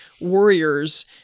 warriors